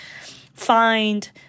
find